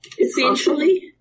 Essentially